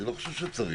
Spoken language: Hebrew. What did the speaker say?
אני לא חושב שצריך.